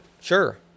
Sure